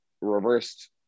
reversed